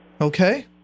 Okay